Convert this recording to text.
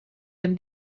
him